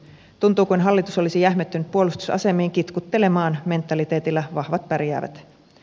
tuntuu kuin hallitus olisi jähmettynyt puolustusasemiin kitkuttelemaan mentaliteetilla vahvat pärjäävät